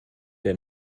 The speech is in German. der